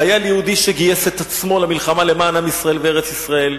חייל יהודי שגייס את עצמו למלחמה למען עם ישראל וארץ-ישראל.